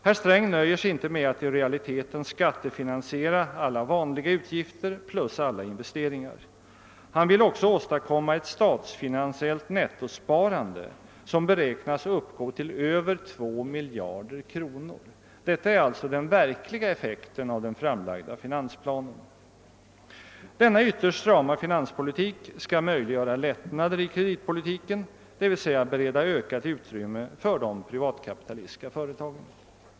Herr Sträng nöjer sig inte med att i realiteten skattefinansiera alla vanliga utgifter plus alla investeringar; han vill också åstadkomma ett statsfinansiellt nettosparande som beräknas uppgå till över 2 miljarder kronor. Detta är den verkliga effekten av den framlagda finansplanen. Denna ytterst strama finanspolitik skall möjliggöra lättnader i kreditpolitiken, d.v.s. bereda ökat utrymme för de privatkapitalistiska företagen.